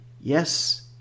yes